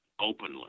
openly